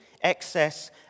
excess